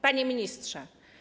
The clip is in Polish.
Panie Ministrze!